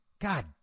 god